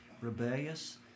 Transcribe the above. rebellious